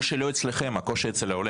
הקושי לא אצלכם אלא אצל העולה.